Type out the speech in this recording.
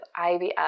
IBS